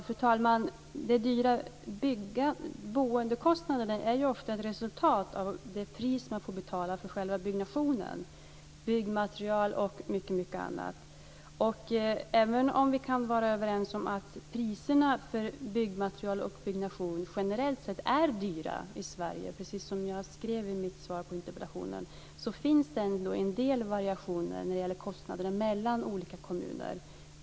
Fru talman! De höga boendekostnaderna är ofta ett resultat av det pris man får betala för själva byggnationen, byggmaterial och mycket annat. Vi kan vara överens om att priserna för byggmaterial och byggnation generellt sett är höga i Sverige, precis som jag skrev i mitt interpellationssvar. Men det finns ändå en del variationer i kostnader mellan olika kommuner.